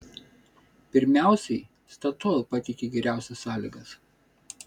pirmiausiai statoil pateikė geriausias sąlygas